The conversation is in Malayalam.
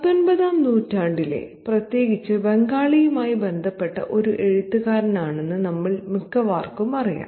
പത്തൊൻപതാം നൂറ്റാണ്ടിലെ പ്രത്യേകിച്ച് ബംഗാളിയുമായി ബന്ധപ്പെട്ട ഒരു എഴുത്തുകാരനാണെന്ന് നമ്മിൽ മിക്കവർക്കും അറിയാം